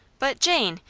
but, jane,